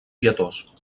pietós